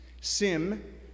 sim